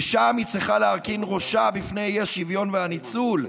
ששם היא צריכה להרכין ראשה בפני האי-שוויון והניצול,